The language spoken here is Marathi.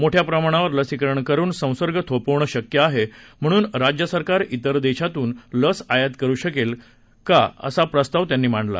मोठ्या प्रमाणावर लसीकरण करून संसर्ग थोपवणं शक्य आहे म्हणून राज्यसरकार त्रेर देशांतून लस आयात करू शकेल का असा प्रस्ताव त्यांनी मांडला